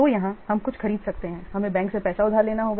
तो यहाँ हम कुछ खरीद सकते हैं हमें बैंक से पैसा उधार लेना होगा